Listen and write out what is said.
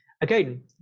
again